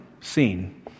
seen